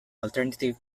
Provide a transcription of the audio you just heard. alternative